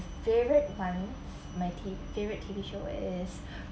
favourite one my t favourite T_V show is